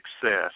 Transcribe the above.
success